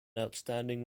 outstanding